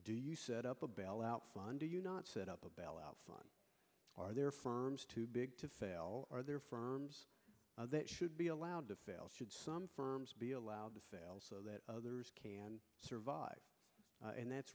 do you set up a bailout fund do you not set up a bailout fund are their firms too big to fail or their firms should be allowed to fail should some firms be allowed to fail so that others can survive and that's